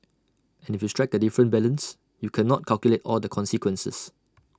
and if you strike A different balance you cannot calculate all the consequences